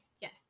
Yes